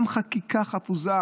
גם חקיקה חפוזה,